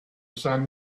sun